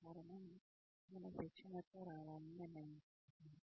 కారణం మనము శిక్షణతో రావాలని నిర్ణయించుకుంటాము